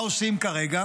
מה עושים כרגע